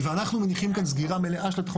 אנחנו מניחים כאן סגירה מלאה של התחנות